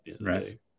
right